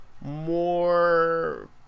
more